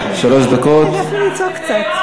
אני הייתי עוצר את הדיונים.